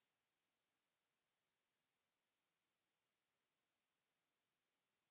Kiitos,